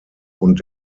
und